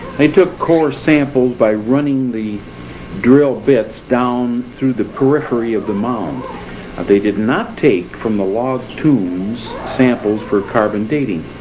they took core samples by running the drill bits down through the periphery of the mound and they did not take from the log tombs samples for carbon dating.